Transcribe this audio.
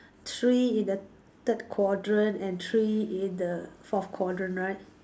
three in the third quadrant and three in the fourth quadrant right